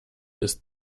ist